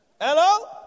Hello